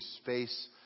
space